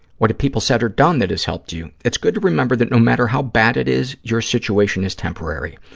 what have people said or done that has helped you? it's good to remember that, no matter how bad it is, your situation is temporary.